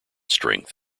strength